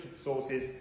sources